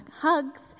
hugs